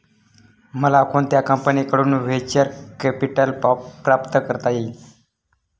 मला कोणत्या कंपनीकडून व्हेंचर कॅपिटल प्राप्त करता येईल?